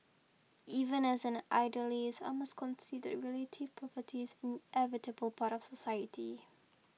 even as an idealist I must concede relative poverties inevitable part of society